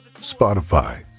Spotify